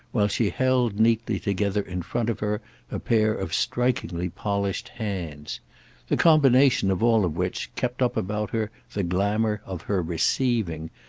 while she held neatly together in front of her a pair of strikingly polished hands the combination of all of which kept up about her the glamour of her receiving,